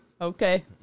Okay